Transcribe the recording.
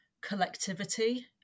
collectivity